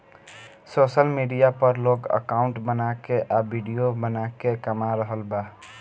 social media पर लोग account बना के आ विडिओ बना के कमा रहल बा